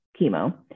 chemo